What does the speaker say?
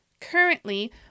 Currently